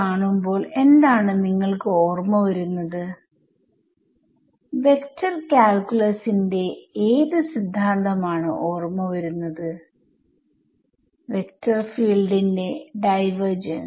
കാണുമ്പോൾ എന്താണ് നിങ്ങൾക്ക് ഓർമ വരുന്നത് വെക്ടർ കാൽക്കുലസിന്റെ ഏത് സിദ്ധാന്തം ആണ് ഓർമ വരുന്നത് വെക്ടർ ഫീൽഡിന്റെ ഡൈവർജൻസ്